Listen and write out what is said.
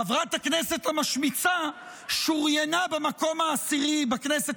חברת הכנסת המשמיצה שוריינה במקום העשירי בכנסת